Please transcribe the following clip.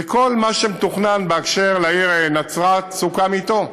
וכל מה שמתוכנן בהקשר לעיר נצרת סוכם אתו.